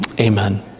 amen